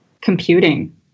computing